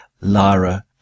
Lyra